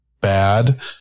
bad